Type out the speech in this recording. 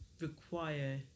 require